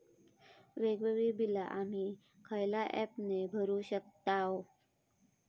वेगवेगळी बिला आम्ही खयल्या ऍपने भरू शकताव?